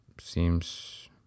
seems